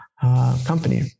company